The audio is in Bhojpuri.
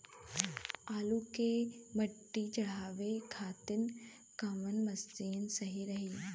आलू मे मिट्टी चढ़ावे खातिन कवन मशीन सही रही?